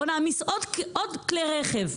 בוא נעמיס עוד כלי רכב.